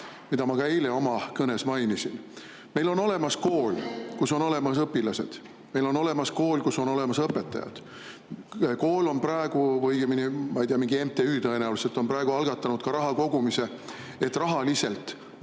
mida ma ka eile oma kõnes mainisin. Meil on olemas kool, kus on olemas õpilased, meil on olemas kool, kus on olemas õpetajad. Kool või õigemini, ma ei tea, mingi MTÜ tõenäoliselt on praegu algatanud raha kogumise, et rahaliselt